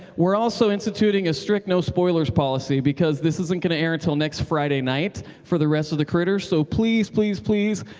we're also instituting a strict no spoilers policy because this isn't going to air until next friday night for the rest of the critters. so please, please, please,